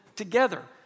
Together